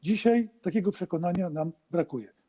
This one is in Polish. Dzisiaj takiego przekonania nam brakuje.